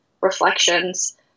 reflections